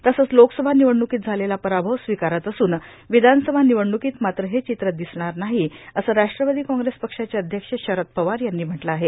तसंच लोकसभा र्वनवडणुकोत झालेला पराभव स्वीकारत असून र्वधानसभा र्निवडणुकांत मात्र हे र्चित्र र्दिसणार नाही असं राष्ट्रवादी काँग्रेस पक्षाचे अध्यक्ष शरद पवार यांनी म्हटलं आहे